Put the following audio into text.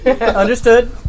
Understood